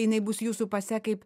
jinai bus jūsų pase kaip